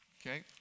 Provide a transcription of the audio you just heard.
Okay